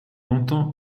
entend